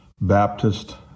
Baptist